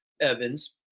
Evans